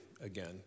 again